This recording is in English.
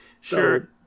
Sure